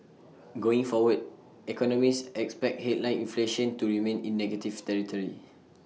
going forward economists expect headline inflation to remain in negative territory